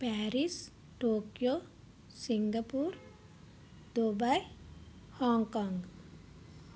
Paris Tokyo Singapore Dubai Hong Kong